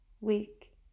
week